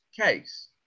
case